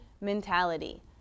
mentality